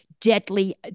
deadly